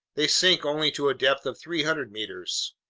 they sink only to a depth of three hundred meters.